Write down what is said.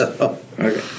Okay